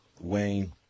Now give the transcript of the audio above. Wayne